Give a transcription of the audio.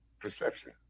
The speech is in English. perception